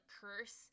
curse